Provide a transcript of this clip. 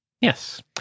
Yes